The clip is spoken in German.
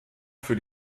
für